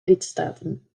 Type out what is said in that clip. lidstaten